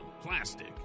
plastic